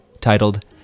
titled